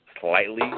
Slightly